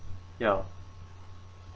ya